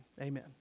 Amen